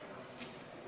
עבירות מין במשפחה),